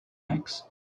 mix